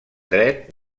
dret